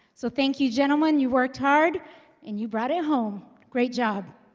so thank you gentlemen, you've worked hard and you brought it home great job